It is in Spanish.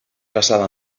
traslado